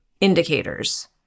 indicators